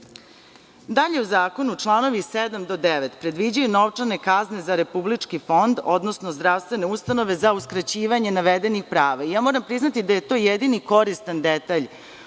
u zakonu članovi 7. do 9. predviđaju novčane kazne za Republički fond, odnosno zdravstvene ustanove za uskraćivanje navedenih prava. Ja moram priznati da je to jedan koristan detalj